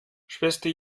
schwester